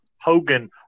Hogan